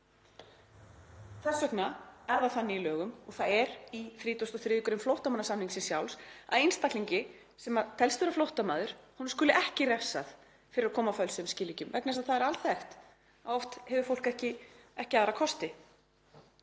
Þess vegna er það þannig í lögum, og það er í 33. gr. flóttamannasamningsins sjálfs, að einstaklingi sem telst vera flóttamaður skuli ekki refsað fyrir að koma á fölsuðum skilríkjum vegna þess að það er alþekkt að oft hefur fólk ekki aðra kosti.